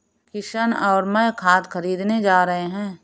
किशन और मैं खाद खरीदने जा रहे हैं